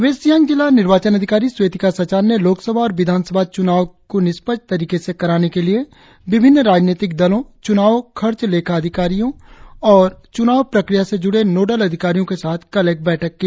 waste Siang जिला निर्वाचन अधिकारी स्वेतिका सचान ने लोकसभा और विधानसभा चुनाव को निष्पक्ष तरीके से कराने के लिए विभिन्न राजनैतिक दलों चुनाव खर्च लेखा अधिकारी और चुनाव प्रक्रिया से जुड़े नोडल अधिकारियों के साथ कल बैठक की